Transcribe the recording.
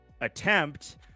attempt